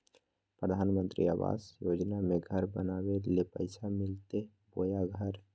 प्रधानमंत्री आवास योजना में घर बनावे ले पैसा मिलते बोया घर?